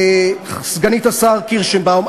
סגנית השר קירשנבאום,